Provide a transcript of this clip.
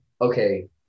Okay